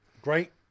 Great